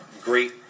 great